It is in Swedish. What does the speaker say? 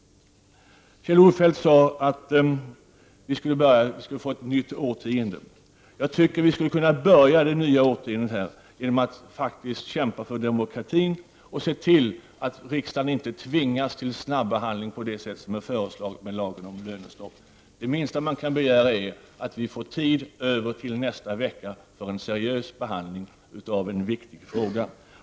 Kjell-Olof Feldt sade att vi skall få ett nytt årtionde. Jag tycker att vi skall börja detta nya årtionde med att faktiskt kämpa för demokratin och se till att riksdagen inte tvingas till en snabbehandling på det sätt som är föreslaget beträffande lagen om lönestopp. Det minsta man kan begära är att vi får tid över till nästa vecka för en seriös behandling av denna viktiga fråga.